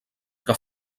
que